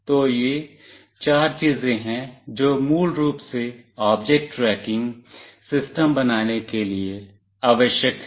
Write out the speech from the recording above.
तो ये चार चीजें हैं जो मूल रूप से ऑब्जेक्ट ट्रैकिंग सिस्टम बनाने के लिए आवश्यक हैं